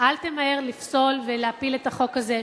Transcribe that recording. אל תמהר לפסול ולהפיל את החוק הזה.